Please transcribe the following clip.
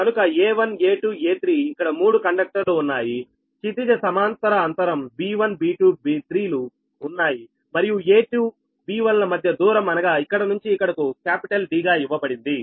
కనుక a1 a2 a3 ఇక్కడ మూడు కండక్టర్లు ఉన్నాయి క్షితిజ సమాంతర అంతరం b1 b2 b3 లు ఉన్నాయి మరియు a2 b1 ల మధ్య దూరం అనగా ఇక్కడ నుంచి ఇక్కడకు D గా ఇవ్వబడింది